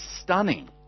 stunning